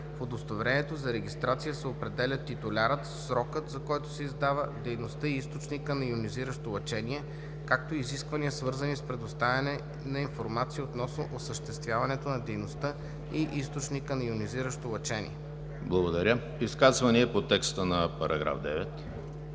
В удостоверението за регистрация се определят титулярят, срокът, за който се издава, дейността и източникът на йонизиращо лъчение, както и изисквания, свързани с предоставяне на информация относно осъществяването на дейността и източника на йонизиращо лъчение.“ ПРЕДСЕДАТЕЛ ЕМИЛ ХРИСТОВ: Изказвания по текста на § 9?